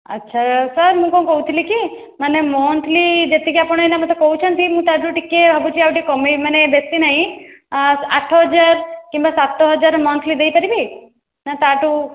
ଆଚ୍ଛା ସାର୍ ମୁଁ କ'ଣ କହୁଥିଲି କି ମାନେ ମନ୍ଥ୍ଲି ଯେତିକି ଆପଣ ଏଇନା ମୋତେ କହୁଛନ୍ତି ମୁଁ ତାଠୁ ଟିକିଏ ଭାବୁଛି ତାଠୁ ଆଉ ଟିକିଏ କମାଇବି ମାନେ ବେଶୀ ନାହିଁ ଆଠ ହଜାର କିମ୍ବା ସାତ ହଜାର ମନ୍ଥ୍ଲି ଦେଇପାରିବି ନା ତାଠୁ